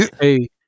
hey